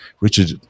Richard